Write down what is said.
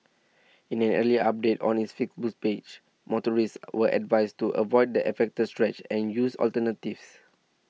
in an earlier update on its Facebook page motorists were advised to avoid the affected stretch and use alternatives